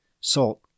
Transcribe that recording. salt